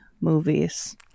movies